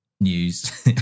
news